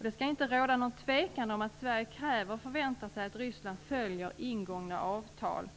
Det skall inte råda något tvivel om att Sverige kräver och förväntar sig att Ryssland följer ingångna avtal.